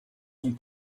sont